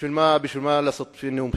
בשביל מה לעשות נאום בחירות?